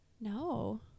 no